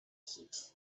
heat